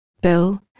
Bill